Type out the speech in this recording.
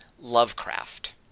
Lovecraft